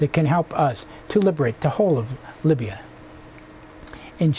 that can help us to liberate the whole of libya